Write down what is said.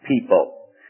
people